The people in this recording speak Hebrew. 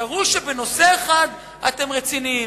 תראו שבנושא אחד אתם רציניים,